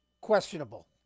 Questionable